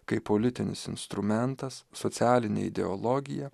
kaip politinis instrumentas socialinė ideologija